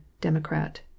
Democrat